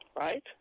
right